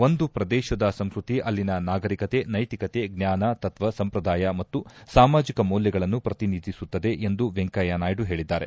ಒಂದು ಪ್ರದೇಶದ ಸಂಸ್ಕೃತಿ ಅಲ್ಲಿನ ನಾಗರಿಕತೆ ನೈತಿಕತೆ ಜ್ಞಾನ ತತ್ವ ಸಂಪ್ರದಾಯ ಮತ್ತು ಸಾಮಾಜಿಕ ಮೌಲ್ಯಗಳನ್ನು ಪ್ರತಿನಿಧಿಸುತ್ತದೆ ಎಂದು ವೆಂಕಯ್ಯ ನಾಯ್ಡು ಹೇಳಿದ್ದಾರೆ